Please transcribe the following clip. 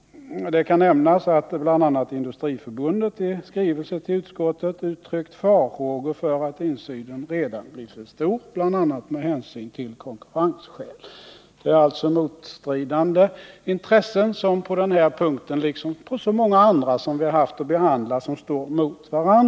Det kan nämnas att Industriförbundet i skrivelse till utskottet uttryckt farhågor för att insynen redan blir för stor, bl.a. med hänsyn till konkurrensen. Det finns alltså motstridande intressen på den här punkten liksom på så många andra som vi haft att behandla.